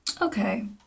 Okay